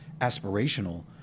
aspirational